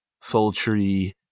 sultry